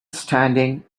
standing